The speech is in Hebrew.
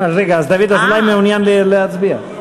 דוד אזולאי מעוניין להצביע.